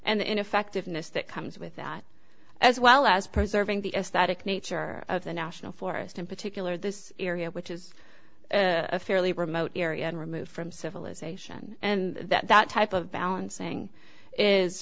and ineffectiveness that comes with that as well as preserving the aesthetic nature of the national forest in particular this area which is a fairly remote area and removed from civilization and that type of balancing is